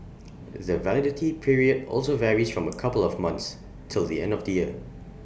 the validity period also varies from A couple of months till the end of the year